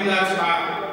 אוקיי, עוברים להצבעה.